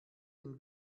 den